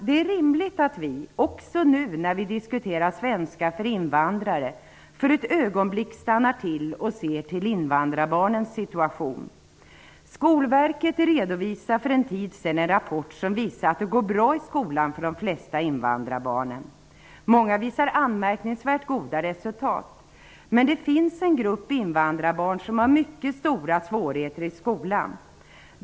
Det är rimligt att vi också nu när vi diskuterar svenska för invandrare för ett ögonblick stannar till och ser till invandrarbarnens situation. Skolverket redovisade för en tid sedan en rapport som visade att det går bra i skolan för de flesta invandrarbarnen. Många visar anmärkningsvärt goda resultat. Men det finns en grupp invandrarbarn som har mycket stora svårigheter i skolan.